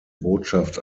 botschaft